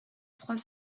trois